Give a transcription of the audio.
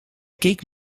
keek